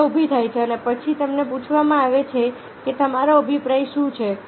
સમસ્યા ઉભી થાય છે અને પછી તેમને પૂછવામાં આવે છે કે તમારો અભિપ્રાય શું છે